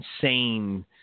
insane